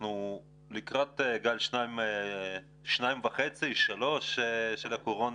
אנחנו לקראת גל שני ושלישי של הקורונה.